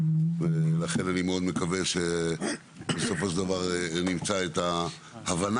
ולכן אני מאוד מקווה שבסופו של דבר נמצא את ההבנה